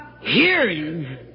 hearing